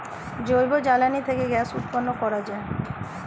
জৈব জ্বালানি থেকে গ্যাস উৎপন্ন করা যায়